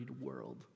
world